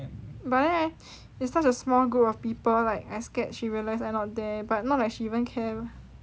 but then it's such a small group of people like I scared she realise I not there but not like she even care